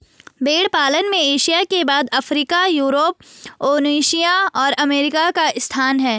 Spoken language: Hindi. भेंड़ पालन में एशिया के बाद अफ्रीका, यूरोप, ओशिनिया और अमेरिका का स्थान है